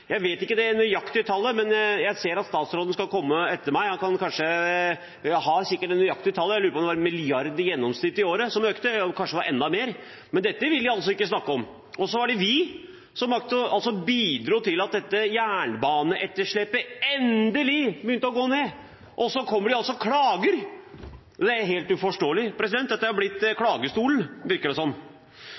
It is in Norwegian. Jeg vet ikke det nøyaktige tallet, men jeg ser at statsråden skal komme etter meg – han har sikkert det nøyaktige tallet. Jeg lurer på om det var 1 mrd. kr i året i gjennomsnitt det økte – kanskje det var enda mer – men det vil de altså ikke snakke om. Det var vi som bidro til at jernbaneetterslepet endelig begynte å gå ned. Og så kommer de og klager. Det er helt uforståelig. Dette har blitt klagestolen, virker det